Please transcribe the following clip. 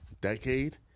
decade